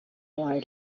why